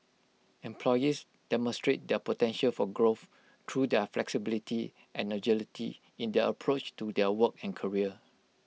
employees demonstrate their potential for growth through the flexibility and agility in their approach to their work and career